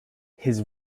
his